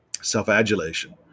self-adulation